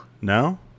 No